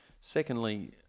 Secondly